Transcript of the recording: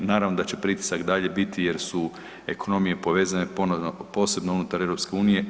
Naravno da će pritisak i dalje biti jer su ekonomije povezane ponovno posebno unutar EU.